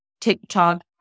TikTok